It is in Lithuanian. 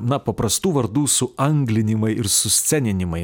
na paprastų vardų suanglinimai ir susceninimai